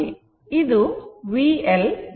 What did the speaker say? ಇದು vR I R ಆಗಿದೆ